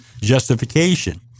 justification